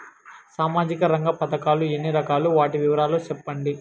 సామాజిక రంగ పథకాలు ఎన్ని రకాలు? వాటి వివరాలు సెప్పండి